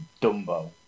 Dumbo